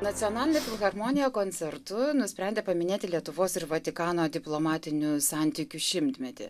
nacionalinė filharmonija koncertu nusprendė paminėti lietuvos ir vatikano diplomatinių santykių šimtmetį